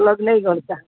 અલગ નહીં ઘનતા